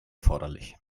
erforderlich